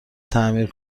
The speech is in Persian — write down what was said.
تعمیر